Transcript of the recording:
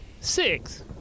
Six